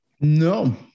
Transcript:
no